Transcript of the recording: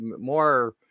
more